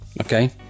Okay